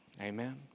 Amen